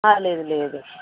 లేదు లేదు